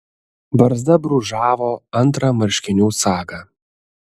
barzda brūžavo antrą marškinių sagą